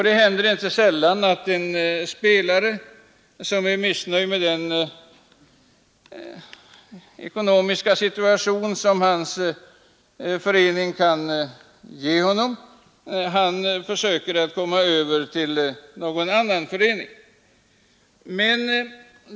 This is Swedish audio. Det händer inte sällan att en spelare som är missnöjd med den ekonomiska situation som hans förening kan ge honom försöker komma över till någon annan förening.